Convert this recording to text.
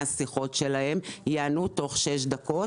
ש-85 אחוזים מהשיחות שלהם ייענו תוך שש דקות